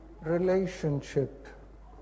relationship